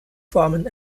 formen